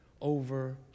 over